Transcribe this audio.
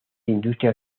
industria